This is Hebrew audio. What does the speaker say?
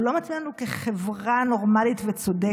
הוא לא מתאים לנו כחברה נורמלית וצודקת.